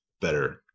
better